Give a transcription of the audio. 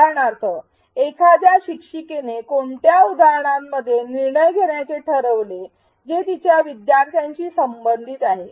उदाहरणार्थ एखाद्या शिक्षिकेने कोणत्या उदाहरणांमध्ये निर्णय घेण्याचे ठरविले जे तिच्या विद्यार्थ्यांशी संबंधित आहे